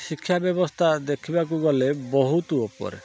ଶିକ୍ଷା ବ୍ୟବସ୍ଥା ଦେଖିବାକୁ ଗଲେ ବହୁତ ଉପରେ